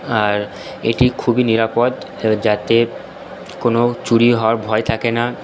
আর এটি খুবই নিরাপদ যাতে কোনো চুরি হওয়ার ভয় থাকে না